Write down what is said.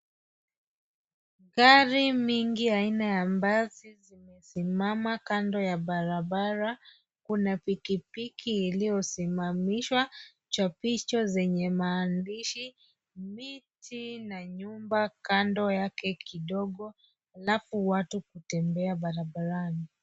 Gari mingi aina ya basi zimesimama kando ya barabara. Kuna pikipiki iliyosimamishwa. Chapisho zenye maandishi. Miti na nyumba kando yake kidogo, alafu watu kutembea barabarani.